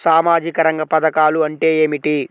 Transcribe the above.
సామాజిక రంగ పధకాలు అంటే ఏమిటీ?